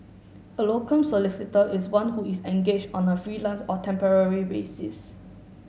a locum solicitor is one who is engaged on a freelance or temporary basis